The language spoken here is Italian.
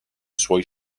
suoi